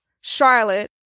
Charlotte